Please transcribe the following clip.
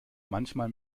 manchmal